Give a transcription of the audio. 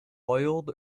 boiled